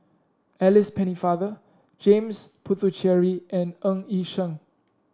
Alice Pennefather James Puthucheary and Ng Yi Sheng